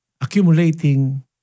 accumulating